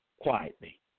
quietly